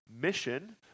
mission